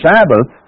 Sabbath